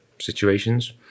situations